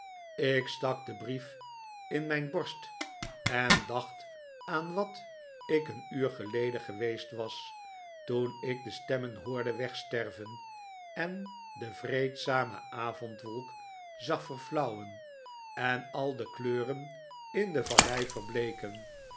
ik stak den brief in mijn borst en dacht aan wat ik een uur geleden geweest was toen ik de stemmen hoorde wegsterven en de vreedzame avondwolk zag verflauwen en al de kleuren in de vallei verbleeicen